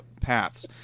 paths